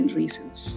reasons